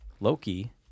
Loki